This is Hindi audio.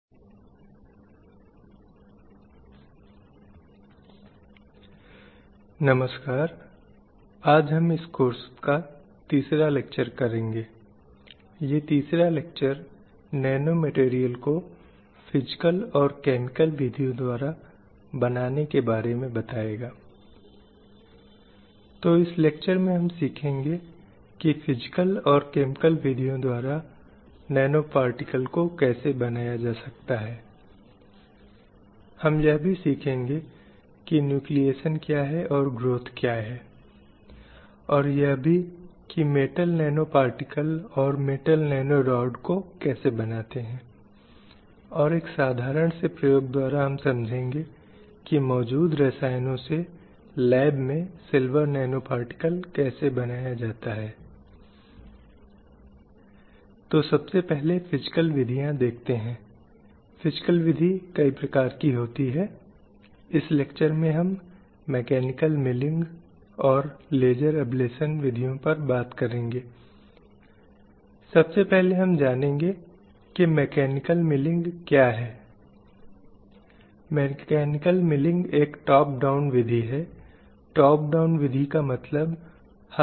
एनपीटीईएल एनपीटीईएल ऑनलाइन प्रमाणन पाठ्यक्रम एनपीटीईएल ऑनलाइन सर्टिफिकेशन कोर्स लैंगिक न्याय एवं कार्यस्थल सुरक्षा पर पाठ्यक्रम course on gender justice and workplace security Prodipa Dubey द्वारा राजीव गांधी बौद्धिक संपदा कानून विद्यालय Rajiv Gandhi school of intellectual property law I I T Kharagpur व्याख्यान 03 लैंगिक न्याय जेंडर जस्टिस का परिचय जारीContd नमस्कार प्यारे छात्रों मैं आपका लैंगिक न्याय और कार्यस्थल सुरक्षा पर पाठ्यक्रम में स्वागत करती हूँ